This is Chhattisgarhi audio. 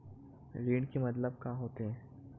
ऋण के मतलब का होथे?